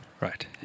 Right